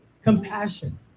Compassion